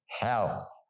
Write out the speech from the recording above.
hell